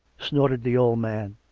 snorted the old man.